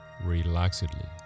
relaxedly